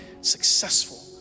successful